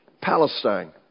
Palestine